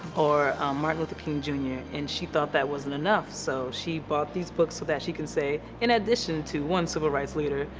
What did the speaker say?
or martin luther king jr, and she thought that wasn't enough, so she bought these books so that she can say, in addition to one civil rights leader,